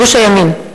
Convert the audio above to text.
גוש הימין.